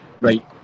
right